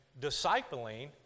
discipling